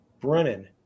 brennan